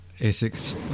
Essex